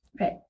Right